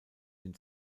den